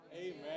Amen